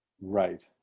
Right